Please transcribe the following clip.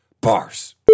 Bars